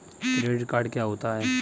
Credit card क्या होता है?